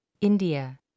India